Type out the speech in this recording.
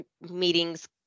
meetings